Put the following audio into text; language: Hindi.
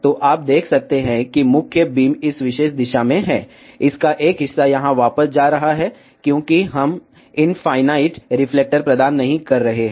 तो आप देख सकते हैं कि मुख्य बीम इस विशेष दिशा में है इसका एक हिस्सा यहां वापस जा रहा है क्योंकि हम इनफायनाईट रिफ्लेक्टर प्रदान नहीं कर रहे हैं